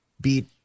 beat